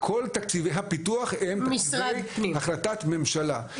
כל תקציבי הפיתוח הם תקציבי החלטת ממשלה,